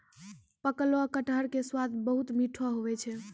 पकलो कटहर के स्वाद बहुत मीठो हुवै छै